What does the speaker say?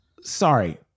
Sorry